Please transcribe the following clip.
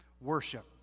worship